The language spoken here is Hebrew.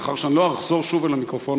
מאחר שאני לא אחזור שוב אל המיקרופון,